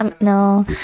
No